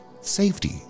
safety